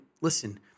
listen